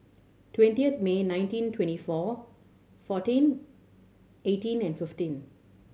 twenty of May nineteen twenty four fourteen eighteen and fifteen